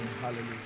hallelujah